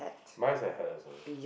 mine is a hat also